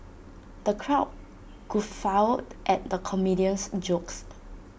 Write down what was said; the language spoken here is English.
the crowd guffawed at the comedian's jokes